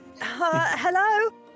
Hello